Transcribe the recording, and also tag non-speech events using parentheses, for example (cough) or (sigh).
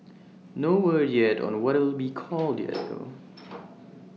no word yet on what it'll be called yet though (noise)